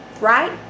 right